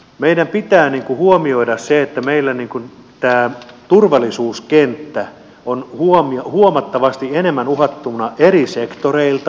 meidän pitää huomioida se että meillä tämä turvallisuuskenttä on huomattavasti enemmän uhattuna eri sektoreilta